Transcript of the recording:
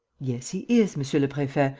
yes, he is, monsieur le prefet.